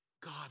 God